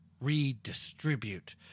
redistribute